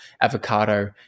avocado